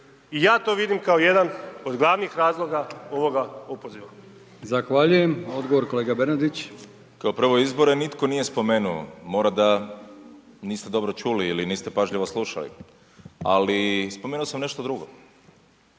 I ja to vidim kao jedan od glavnih razloga ovoga opoziva. **Brkić, Milijan (HDZ)** Zahvaljujem, odgovor, kolega Bernardić. **Bernardić, Davor (SDP)** Kao prvo, izbore nitko nije spomenuo, mora da niste dobro čuli ili niste pažljivo slušali ali spomenuo sam nešto drugo.